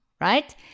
right